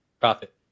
profit